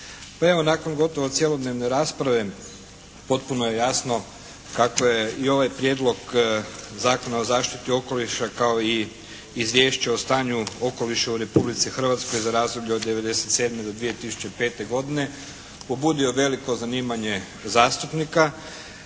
nakon gotovo cjelodnevne rasprave potpuno je jasno kako je i ovaj Prijedlog Zakona o zaštiti okoliša kao i Izvješće o stanju okoliša u Republici Hrvatskoj za razdoblje od '97. do 2005. godine pobudio veliko zanimanje zastupnika.